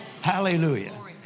Hallelujah